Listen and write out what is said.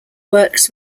works